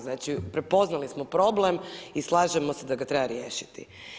Znači, prepoznali problem i slažemo se da ga treba riješiti.